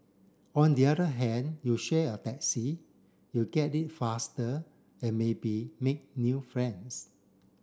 on the other hand you share a taxi you get it faster and maybe make new friends